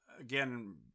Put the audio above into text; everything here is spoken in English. again